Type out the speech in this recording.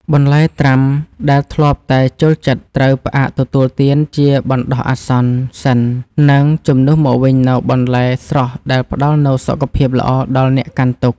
បន្លែត្រាំដែលធ្លាប់តែចូលចិត្តត្រូវផ្អាកទទួលទានជាបណ្ដោះអាសន្នសិន និង ជំនួសមកវិញនូវបន្លែស្រស់ដែលផ្តល់នូវសុខភាពល្អដល់អ្នកកាន់ទុក្ខ។